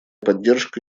поддержка